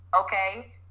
Okay